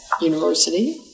University